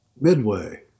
midway